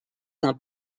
d’un